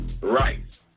Right